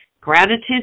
gratitude